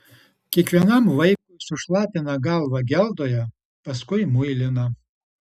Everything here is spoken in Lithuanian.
kiekvienam vaikui sušlapina galvą geldoje paskui muilina